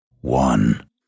one